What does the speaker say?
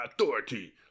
authority